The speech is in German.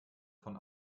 von